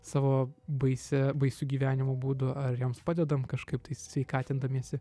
savo baisia baisu gyvenimo būdu ar joms padedam kažkaip tais sveikatindamiesi